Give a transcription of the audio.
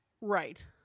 Right